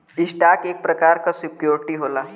stock एक प्रकार क सिक्योरिटी होला